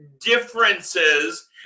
Differences